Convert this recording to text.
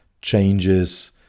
changes